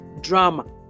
drama